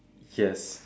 yes